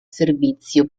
servizio